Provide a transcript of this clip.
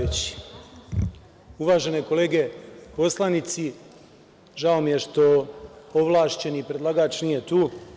Uvažene kolege poslanici, žao mi je što ovlašćeni predlagač nije tu.